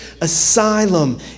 asylum